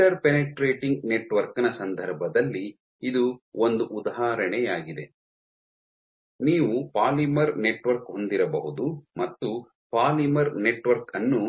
interpenetrating ನೆಟ್ವರ್ಕ್ನ ಸಂದರ್ಭದಲ್ಲಿ ಇದು ಒಂದು ಉದಾಹರಣೆಯಾಗಿದೆ ನೀವು ಪಾಲಿಮರ್ ನೆಟ್ವರ್ಕ್ ಹೊಂದಿರಬಹುದು ಮತ್ತು ಪಾಲಿಮರ್ ನೆಟ್ವರ್ಕ್ ಅನ್ನು